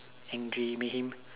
angry make him